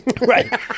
Right